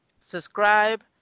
subscribe